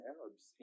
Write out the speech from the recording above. Arabs